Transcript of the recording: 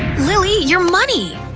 lily! your money!